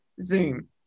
Zoom